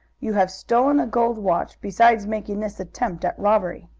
you have stolen a gold watch, besides making this attempt at robbery.